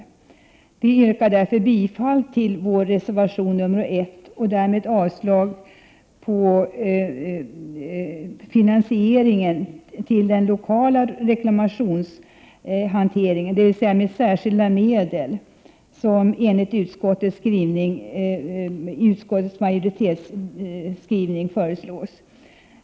Jag yrkar därför bifall till vår reservation nr 1 och därmed avslag på utskottsmajoritetens förslag om finansiering med särskilda medel av den lokala reklamationshanteringen.